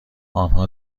آنها